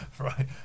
Right